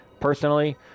personally